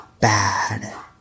bad